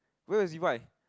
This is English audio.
where